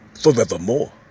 forevermore